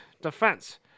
defense